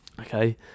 Okay